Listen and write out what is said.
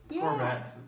Corvettes